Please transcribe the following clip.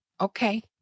Okay